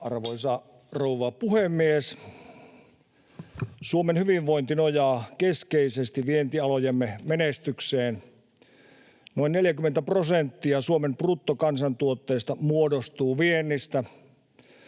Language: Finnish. Arvoisa rouva puhemies! Suomen hyvinvointi nojaa keskeisesti vientialojemme menestykseen. Noin 40 prosenttia Suomen bruttokansantuotteesta muodostuu viennistä.